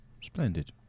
Splendid